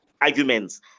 arguments